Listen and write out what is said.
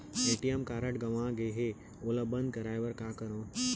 ATM card गंवा गे है ओला बंद कराये बर का करंव?